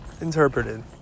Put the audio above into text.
interpreted